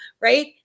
Right